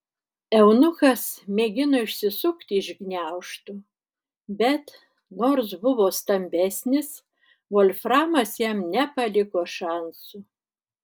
eunuchas mėgino išsisukti iš gniaužtų bet nors buvo stambesnis volframas jam nepaliko šansų